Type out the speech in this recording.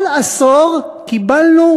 כל עשור קיבלנו